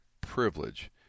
privilege